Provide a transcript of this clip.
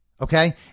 Okay